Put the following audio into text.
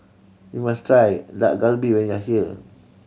you must try Dak Galbi when you are here